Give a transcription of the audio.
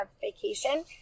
vacation